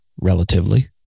relatively